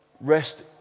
rest